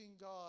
God